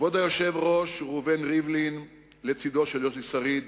כבוד היושב-ראש ראובן ריבלין לצדו של יוסי שריד,